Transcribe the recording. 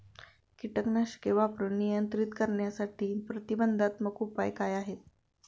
कीटकनाशके वापरून नियंत्रित करण्यासाठी प्रतिबंधात्मक उपाय काय आहेत?